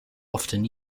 often